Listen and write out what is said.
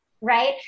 Right